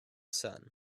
sun